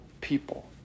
people